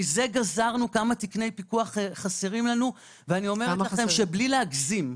מזה גזרנו כמה תקני פיקוח חסרים לנו ובלי להגזים,